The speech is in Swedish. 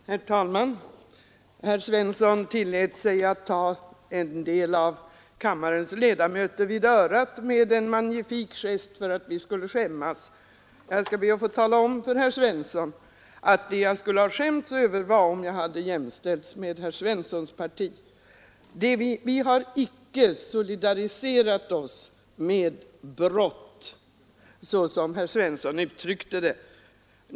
Herr talman! Herr Svensson i Malmö tillät sig att med en magnifik gest ta en del av kammarens ledamöter vid örat så att vi skulle skämmas. Vad jag skulle ha skämts över, herr Svensson, vore att bli jämställd med herr Svenssons parti. Vi har icke solidariserat oss med brott såsom herr Svensson uttryckte det.